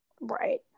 Right